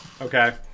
Okay